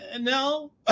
no